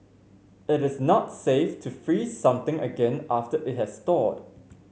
it is not safe to freeze something again after it has thawed